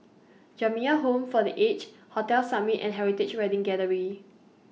Jamiyah Home For The Aged Hotel Summit and Heritage Wedding Gallery